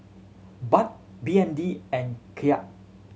Baht B N D and Kyat